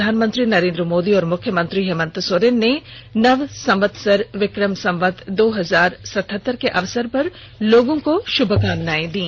प्रधानमंत्री नरेंद्र मोदी और मुख्यमंत्री हेमंत सोरेन ने नव संवत्सर विक्रम संवत दो हजार सतहत्तर के अवसर पर लोगों को शुभकामनाएं दी